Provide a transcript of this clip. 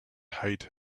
height